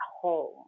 home